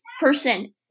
person